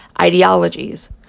ideologies